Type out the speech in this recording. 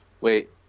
Wait